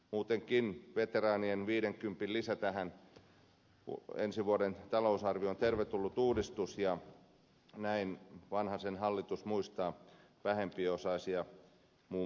muutenkin veteraanien viidenkympin lisä tähän ensi vuoden talousarvioon on tervetullut uudistus ja näin vanhasen hallitus muistaa vähempiosaisia muun muassa